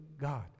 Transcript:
God